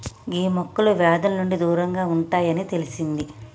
గీ మొక్కలు వ్యాధుల నుండి దూరంగా ఉంటాయి అని తెలిసింది